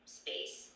space